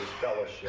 fellowship